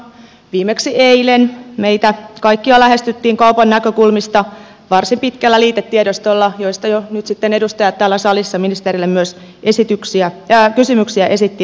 viimeksi eilen meitä kaikkia lähestyttiin kaupan näkökulmasta varsin pitkällä liitetiedostolla josta jo nyt edustajat täällä salissa ministerille myös kysymyksiä esittivätkin